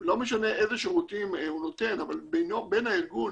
לא משנה איזה שירותים הוא נותן, אבל בין הארגון